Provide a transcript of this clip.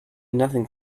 nothing